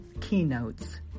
keynotes